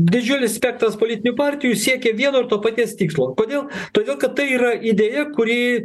didžiulis spektras politinių partijų siekia vieno ir to paties tikslo kodėl todėl kad tai yra idėja kuri